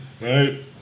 Right